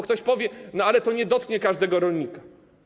Ktoś powie: ale to nie dotknie każdego rolnika.